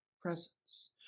presence